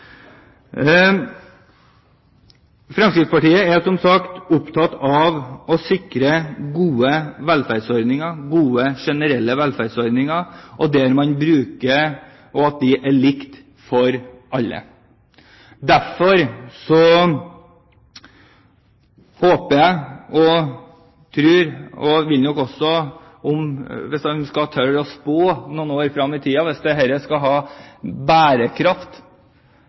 Fremskrittspartiet er som sagt opptatt av å sikre gode velferdsordninger, gode generelle velferdsordninger, og at det er likt for alle. Derfor håper jeg og tror nok også – hvis man skal tørre å spå noen år fram i tiden – at dette skal ha bærekraft